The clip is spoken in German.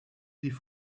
sie